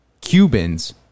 Cubans